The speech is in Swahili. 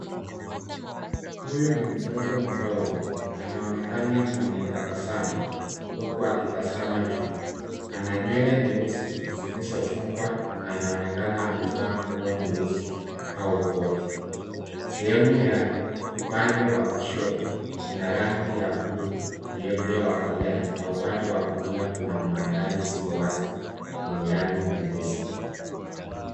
Huyu ni mtoto mdogo. Anaonekana mwenye tabasamu huku akitazama juu. Ana nywele nyeusi zilizofungwa na anaonekana amevaa nguo nyeusi au koti. Sehemu ya upande wa kushoto ina rangi ya bluu iliyokolea na upande wa kulia kuna mandhari isiyo wazi yenye rangi nyepesi.